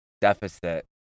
deficit